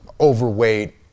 overweight